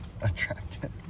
attractive